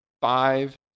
five